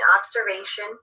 observation